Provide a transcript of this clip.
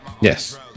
Yes